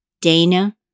Dana